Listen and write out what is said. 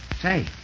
Say